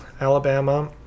Alabama